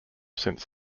since